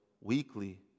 weekly